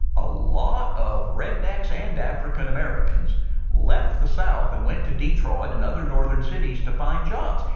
a lot of rednecks and african-americans left the south and went to detroit and other northern cities to find jobs.